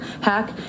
hack